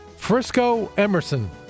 Frisco-Emerson